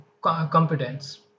competence